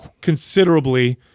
considerably